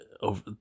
over